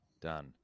Done